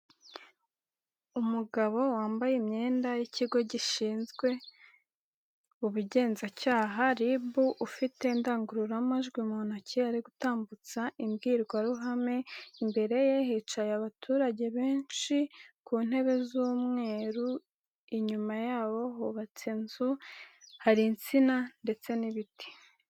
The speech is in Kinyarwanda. Umugabo wambaye imyenda y'ikigo gishinzwe ubugenzacyaha RIB ufite indangururamajwi mu ntoki ari gutambutsa imbwirwaruhame, imbere ye hicaye abaturage benshi ku ntebe z'umweru, inyuma yabo hubatse inzu hari insina ndetse n'ibiti.